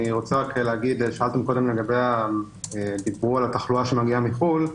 דיברו על התחלואה שמגיעה מחו"ל.